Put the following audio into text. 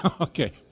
Okay